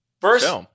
first